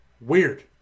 Weird